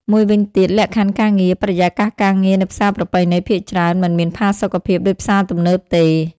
មួយវិញទៀតលក្ខខណ្ឌការងារ បរិយាកាសការងារនៅផ្សារប្រពៃណីភាគច្រើនមិនមានផាសុកភាពដូចផ្សារទំនើបទេ។